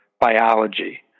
biology